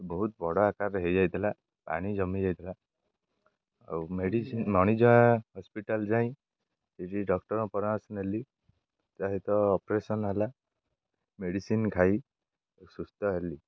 ବହୁତ ବଡ଼ ଆକାରରେ ହେଇଯାଇଥିଲା ପାଣି ଜମିଯାଇଥିଲା ଆଉ ମଣିଯା ହସ୍ପିଟାଲ ଯାଇ ସେଠି ଡକ୍ଟରଙ୍କ ପରାମର୍ଶ ନେଲି ତାହିତ ଅପରେସନ ହେଲା ମେଡିସିନ୍ ଖାଇ ସୁସ୍ଥ ହେଲି